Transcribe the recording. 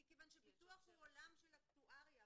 מכוון שביטוח הוא עולם של אקטואריה,